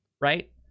right